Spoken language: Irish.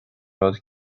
rud